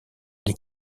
les